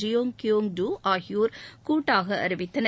ஜியோய் கியோய் டூ ஆகியோர் கூட்டாக அறிவித்தனர்